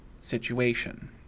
situation